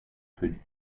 could